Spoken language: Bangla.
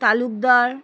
তালুকদার